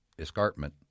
escarpment